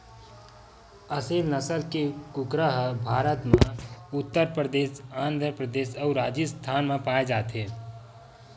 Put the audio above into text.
असेल नसल के कुकरा ह भारत म उत्तर परदेस, आंध्र परदेस अउ राजिस्थान म पाए जाथे